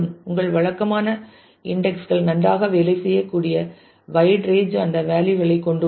உங்கள் வழக்கமான இன்டெக்ஸ் கள் நன்றாக வேலை செய்யக்கூடிய வைட் ரேஞ்ச் ஆன வேலியூ களை கொண்டுள்ளன